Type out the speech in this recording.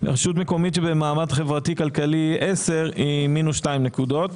ורשות כלכלית שבמעמד חברתי כלכלי 10 היא מינוס 2 נקודות.